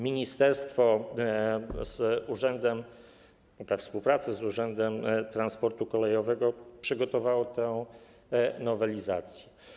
Ministerstwo we współpracy z Urzędem Transportu Kolejowego przygotowało tę nowelizację.